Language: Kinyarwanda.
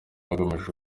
hagamijwe